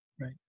Right